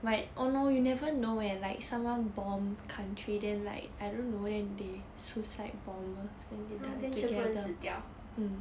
!huh! then 全部人死掉